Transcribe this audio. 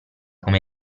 come